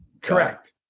Correct